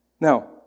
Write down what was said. Now